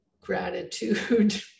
gratitude